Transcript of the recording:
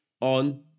on